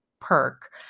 perk